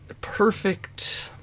perfect